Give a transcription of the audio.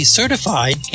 certified